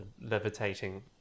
levitating